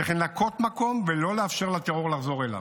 צריך לנקות מקום ולא לאפשר לטרור לחזור אליו.